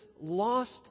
lost